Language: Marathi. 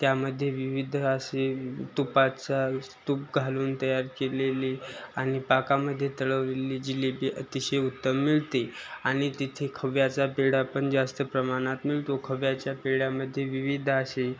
त्यामध्ये विविध असे तुपाचा तूप घालून तयार केलेले आणि पाकामध्ये तळलेली जिलेबी अतिशय उत्तम मिळते आणि तिथे खव्याचा पेढा पण जास्त प्रमाणात मिळतो खव्याच्या पेढ्यामध्ये विविध असे